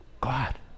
God